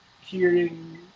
hearing